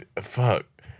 fuck